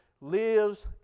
lives